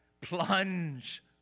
Plunge